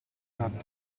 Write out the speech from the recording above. cadde